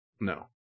No